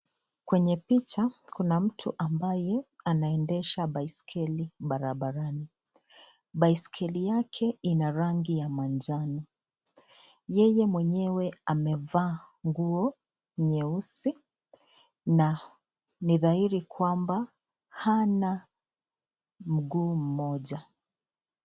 Kwenye picha kuna mtu ambaye anaendesha baiskeli barabarani. Baiskeli yake ina rangi ya manjano, yeye mwenyewe amevaa nguo nyeusi na ni dhairi kwamba hana mguu mmoja.